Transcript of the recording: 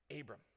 Abram